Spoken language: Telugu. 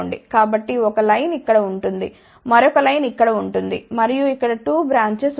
కాబట్టి ఒక లైన్ ఇక్కడ ఉంటుంది మరొక లైన్ ఇక్కడ ఉంటుంది మరియు ఇక్కడ 2 బ్రాంచెస్ ఉంటాయి